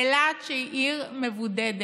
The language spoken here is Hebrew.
אילת היא עיר מבודדת,